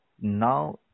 Now